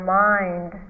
mind